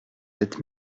sept